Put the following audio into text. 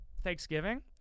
Thanksgiving